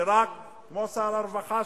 כמו שר הרווחה,